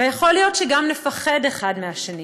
ויכול להיות שגם נפחד אחד מהשני,